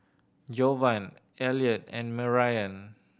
Jovan Elliot and Marion